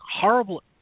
horrible